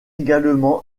également